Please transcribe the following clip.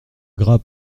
gras